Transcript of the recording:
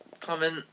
comment